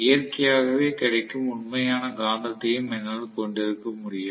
இயற்கையாகவே கிடைக்கும் உண்மையான காந்தத்தையும் என்னால் கொண்டிருக்க முடியும்